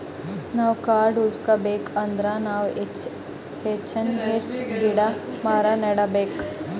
ನಾವ್ ಕಾಡ್ ಉಳ್ಸ್ಕೊಬೇಕ್ ಅಂದ್ರ ನಾವ್ ಹೆಚ್ಚಾನ್ ಹೆಚ್ಚ್ ಗಿಡ ಮರ ನೆಡಬೇಕ್